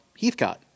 Heathcott